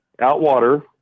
Outwater